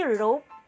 rope